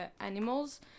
animals